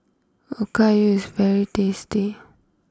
Okayu is very tasty